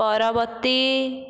ପରବର୍ତ୍ତୀ